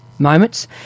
Moments